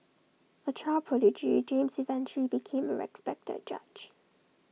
A child prodigy James eventually became A respected judge